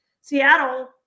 Seattle